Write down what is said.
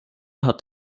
hat